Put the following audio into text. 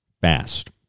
fast